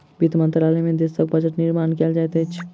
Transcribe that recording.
वित्त मंत्रालय में देशक बजट निर्माण कयल जाइत अछि